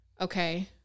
Okay